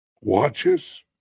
watches